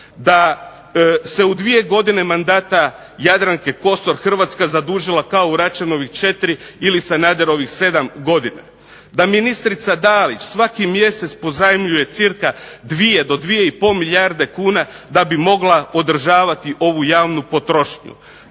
da se u dvije godine mandata Jadranke Kosor Hrvatska zadužila kao u Račanovih 4 ili Sanaderovih 7 godina. Da ministrica Dalić svaki mjesec pozajmljuje cca 2 do 2,5 milijarde kuna da bi mogla održavati ovu javnu potrošnju.